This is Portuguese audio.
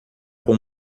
com